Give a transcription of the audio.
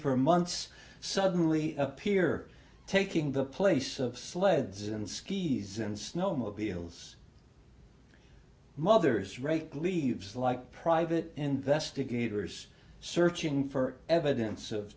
for months suddenly appear taking the place of sleds and skis and snowmobiles mothers rake leaves like private investigators searching for evidence of